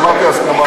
אמרתי הסכמה רחבה,